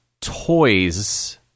toys